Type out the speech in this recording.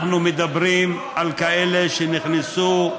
אנחנו מדברים על כאלה שנכנסו,